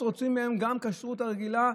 רוצים מהן גם את הכשרות הרגילה.